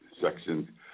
section